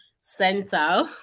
center